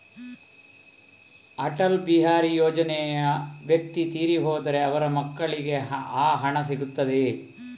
ಅಟಲ್ ಬಿಹಾರಿ ಯೋಜನೆಯ ವ್ಯಕ್ತಿ ತೀರಿ ಹೋದರೆ ಅವರ ಮಕ್ಕಳಿಗೆ ಆ ಹಣ ಸಿಗುತ್ತದೆಯೇ?